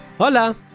Hola